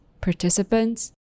participants